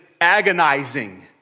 agonizing